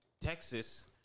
Texas